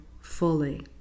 fully